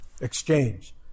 exchange